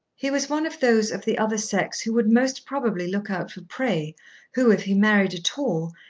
he was one of those of the other sex who would most probably look out for prey who, if he married at all,